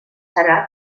serà